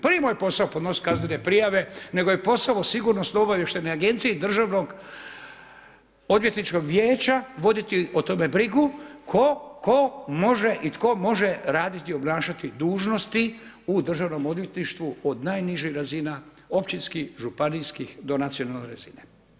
Pa nije moj posao podnositi kaznene prijave, nego je posao sigurnosno-obavještajne agencije i državnog odvjetničkog vijeća voditi o tome brigu tko može i tko može raditi, obnašati dužnosti u državnom odvjetništvu od najnižih razina, općinskih, županijskih do nacionalne razine.